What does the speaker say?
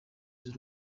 z’u